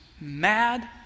mad